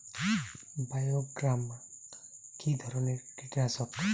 বায়োগ্রামা কিধরনের কীটনাশক?